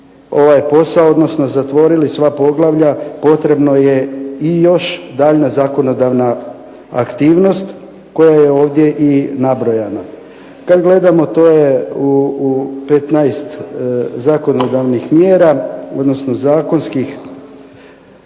ovaj posao, odnosno zatvorili sva poglavlja potrebno je još daljnja zakonodavna aktivnost koja je ovdje i nabrojana. Kada gledamo to je 15 zakonodavnih mjera, odnosno ja mislim